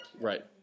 Right